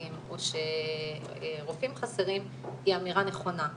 או שרופאים חסרים היא אמירה נכונה.